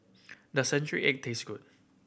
the century egg taste good